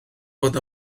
fod